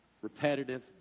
repetitive